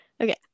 Okay